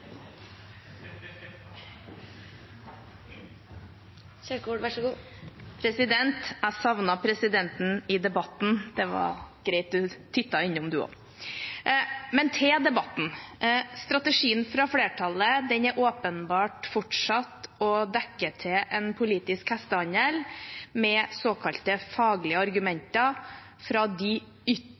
Jeg savner presidenten i debatten – det var greit at hun «tittet» innom hun også. Til debatten: Strategien fra flertallet er åpenbart fortsatt å dekke til en politisk hestehandel med såkalte faglige argumenter – fra de